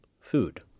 food